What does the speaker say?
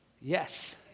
Yes